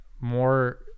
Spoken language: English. more